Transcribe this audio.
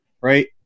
right